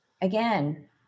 Again